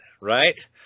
Right